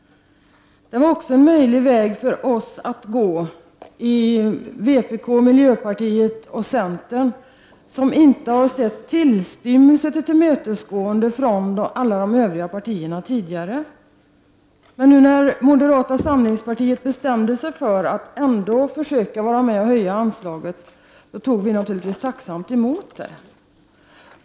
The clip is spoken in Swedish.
Det var också en möjlig väg att gå för oss i vpk, miljöpartiet och centern, som inte har sett tillstymmelse till tillmötesgående från alla de övriga partierna tidigare. När nu moderata samlingspartiet hade bestämt sig för att ändå försöka vara med och höja anslaget, tog vi naturligtvis tacksamt emot detta.